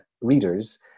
readers